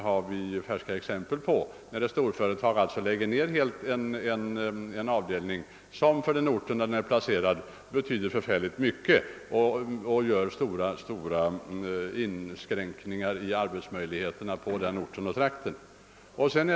Det finns färska exempel på att ett storföretag lägger ned en avdelning eller gör stora personalinskränkningar på den ort där den är placerad, vilket betyder kraftigt avbräck i arbetsmöjligheterna i den trakten.